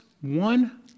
one